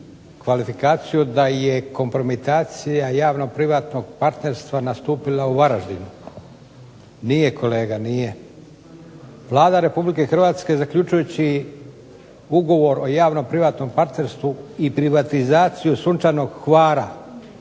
kvalifikaciju da je kompromitacija javno privatnog partnerstva nastupila u Varaždinu. Nije kolega. Vlada Republike Hrvatske zaključujući ugovor o javno privatnom partnerstvu i privatizaciju Sunčanog Hvara,